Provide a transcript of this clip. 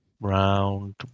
round